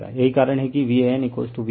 यही कारण है कि Van VL √3 एंगल 50 है